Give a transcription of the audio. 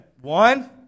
One